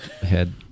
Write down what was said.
head